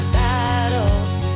battles